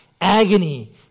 agony